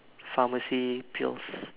pharmacy pills